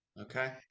Okay